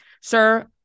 sir